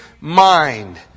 mind